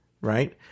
right